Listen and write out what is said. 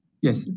Yes